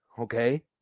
okay